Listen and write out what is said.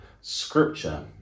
scripture